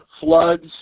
floods